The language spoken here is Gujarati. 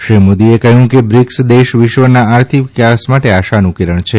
શ્રી મોદીએ કહ્યું કે બ્રિક્સ દેશ વિશ્વના આર્થિક વિકાસ માટે આશાનું કિરણ છે